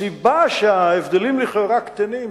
הסיבה שההבדלים לכאורה קטנים,